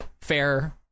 fair